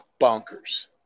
bonkers